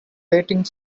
waiting